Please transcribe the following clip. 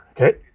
Okay